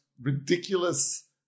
ridiculous